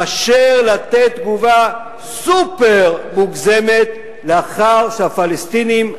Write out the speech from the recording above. מאשר לתת תגובה סופר-מוגזמת לאחר שהפלסטינים,